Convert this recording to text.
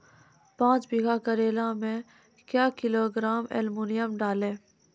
पाँच बीघा करेला मे क्या किलोग्राम एलमुनियम डालें?